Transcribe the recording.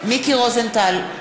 מיקי רוזנטל,